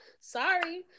Sorry